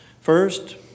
First